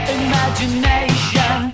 imagination